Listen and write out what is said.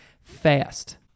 fast